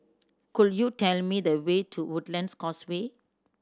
could you tell me the way to Woodlands Causeway